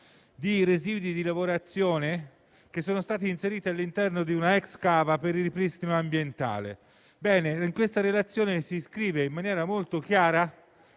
di residui di lavorazione che sono stati inseriti all'interno di una *ex* cava per il ripristino ambientale. Nella relazione si scrive, in maniera molto chiara,